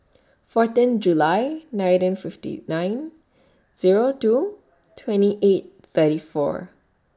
fourteen July nineteen fifty nine Zero two twenty eight thirty four